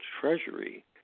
treasury